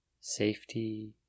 Safety